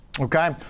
Okay